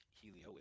Helio